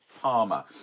Palmer